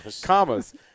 commas